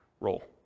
role